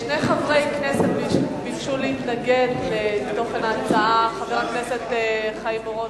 שני חברי כנסת ביקשו להתנגד להצעה: חבר הכנסת חיים אורון,